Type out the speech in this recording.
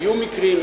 היו מקרים,